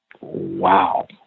Wow